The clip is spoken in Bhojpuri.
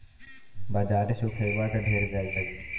बाजारे से उठइबा त ढेर बियाज लगी